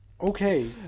Okay